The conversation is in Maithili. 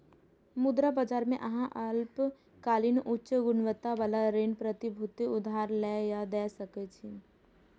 मुद्रा बाजार मे अहां अल्पकालिक, उच्च गुणवत्ता बला ऋण प्रतिभूति उधार लए या दै सकै छी